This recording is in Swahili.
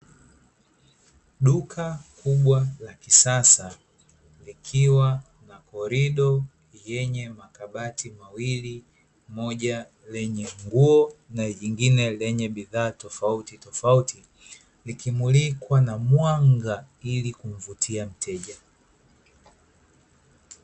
Duka kubwa la kisasa likiwa na korido lenye makabati mawili, moja lenye nguo lingine likiwa na bidhaa tofautitofauti, likimulikwa na mwanga ili kumvutia mteja.